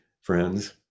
friends